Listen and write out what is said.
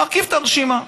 מרכיב את הרשימה,